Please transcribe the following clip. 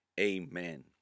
amen